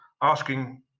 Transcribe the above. asking